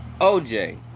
OJ